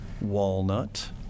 Walnut